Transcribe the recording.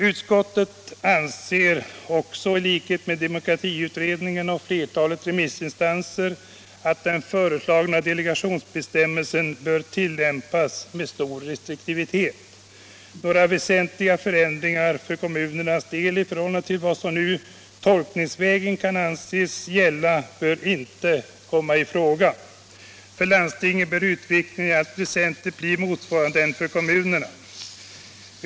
Utskottet anser också — i likhet med demokratiutredningen och flertalet remissinstanser — att den föreslagna delegationsbestämmelsen bör tilllämpas med stor restriktivitet. Några väsentliga förändringar för kommunernas del i förhållande till vad som nu ”tolkningsvägen” kan anses gälla bör inte komma i fråga. För landstingen bör utvecklingen i allt väsentligt bli motsvarande den i kommunerna.